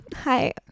Hi